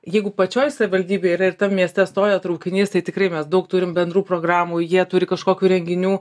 jeigu pačioj savivaldybėje yra ir tam mieste stoja traukinys tai tikrai mes daug turim bendrų programų jie turi kažkokių renginių